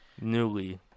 newly